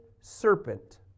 serpent